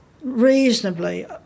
reasonably